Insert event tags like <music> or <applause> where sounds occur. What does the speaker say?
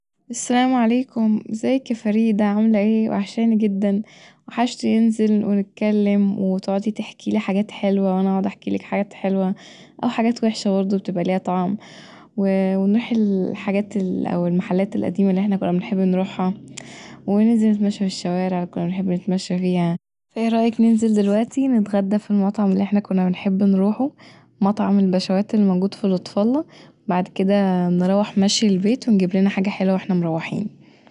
السلام عليكم، ازيك يا فريدة وحشاني جدا وحشني ننزل ونتكلم وتقعدي تحكيلي حاجات حلوه وانا اقعد احكيلك حاجات حلوه او حاجات وحشه برضو بتبقي ليها طعم ونروح <hesitation> الحاجات او المحلات القديمه اللي احنا كنا بنحب نروحها وننزل نتمشي في الشوارع اللي كنا بنحب نتمشي فيها فإيه رأيك ننزل دلوقتي نتغدي في المطعم اللي كنا بنحب نروحه، مطعم البشاوات اللي موجود في لطف الله وبعد كدا نروح مشي البيت ونجيب لنا حاجه حلوه واحنا مروحين